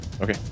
Okay